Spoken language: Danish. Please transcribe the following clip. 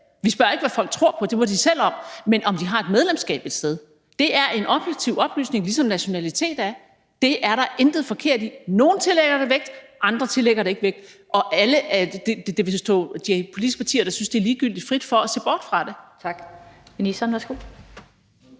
Vi spørger ikke, hvad folk tror på – det må de selv om – men om de har et medlemskab et sted. Det er en objektiv oplysning, ligesom nationalitet er. Det er der intet forkert i. Nogle tillægger det vægt, andre tillægger det ikke vægt. Og det vil stå de politiske partier, der synes, at det er ligegyldigt, frit for at se bort fra det. Kl.